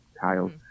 tiles